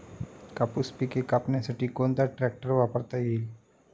कापूस पिके कापण्यासाठी कोणता ट्रॅक्टर वापरता येईल?